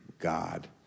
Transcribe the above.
God